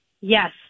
Yes